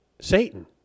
Satan